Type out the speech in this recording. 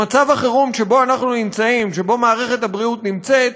במצב החירום שאנחנו נמצאים, שמערכת הבריאות נמצאת,